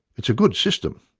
it's a good system.